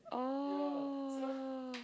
oh